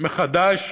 מחדש,